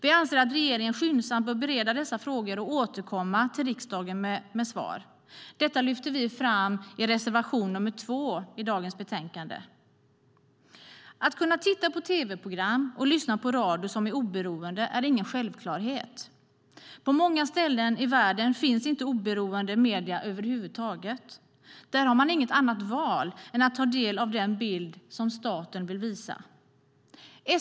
Vi anser att regeringen skyndsamt bör bereda dessa frågor och återkomma till riksdagen med svar. Detta lyfter vi fram i reservation nr 2 i dagens betänkande. Att kunna titta på tv-program och lyssna på radio som är oberoende är ingen självklarhet. På många ställen i världen finns inte oberoende medier över huvud taget. Där har man inget annat val än att ta del av den bild som staten vill visa.